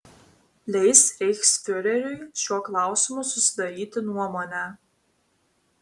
leis reichsfiureriui šiuo klausimu susidaryti nuomonę